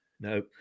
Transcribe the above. No